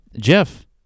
Jeff